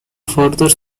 further